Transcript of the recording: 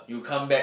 you come back